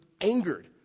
angered